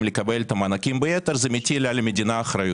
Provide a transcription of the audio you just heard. לקבל את המענקים ביתר זה מטיל על המדינה אחריות.